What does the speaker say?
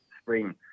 spring